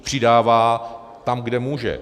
Přidává tam, kde může.